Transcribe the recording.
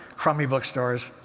crummy bookstores,